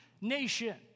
nation